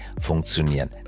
funktionieren